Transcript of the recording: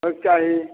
होइके चाही